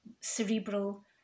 cerebral